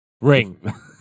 ring